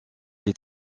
est